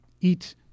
eat